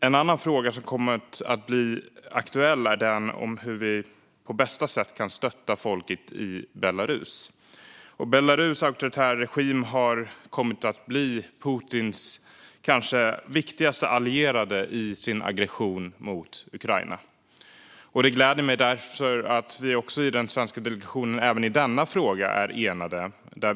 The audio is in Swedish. En annan fråga som kommit att bli aktuell är hur vi på bästa sätt kan stötta folket i Belarus. Belarus auktoritära regim har kommit att bli Putins kanske viktigaste allierade i aggressionen mot Ukraina. Det gläder mig därför att vi i den svenska delegationen är enade även i denna fråga.